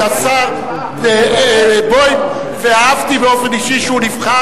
השר בוים ואהבתי באופן אישי שהוא נבחר?